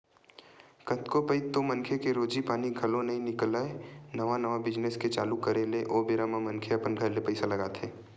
कतको पइत तो मनखे के रोजी पानी घलो नइ निकलय नवा नवा बिजनेस के चालू करे ले ओ बेरा म मनखे अपन घर ले पइसा लगाथे